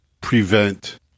prevent